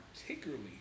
particularly